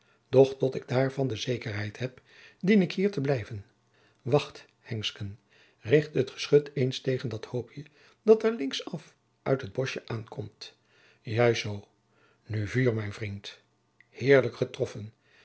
doch tot ik daarvan de zekerheid heb dien ik hier te blijven wacht hensken richt het geschut eens tegen dat hoopje dat daar links af uit het boschje aankomt juist zoo nu vuur mijn vriend heerlijk getroffen